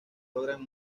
logran